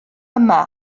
yma